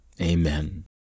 amen